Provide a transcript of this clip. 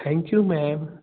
thank you ma'am